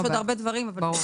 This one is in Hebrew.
יש עוד הרבה דברים, אבל בעתיד.